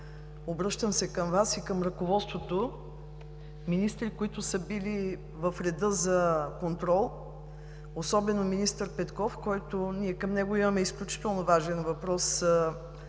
обръщам се към Вас и към ръководството – министри, които са били в реда за контрол, особено министър Петков, към когото имаме изключително важен въпрос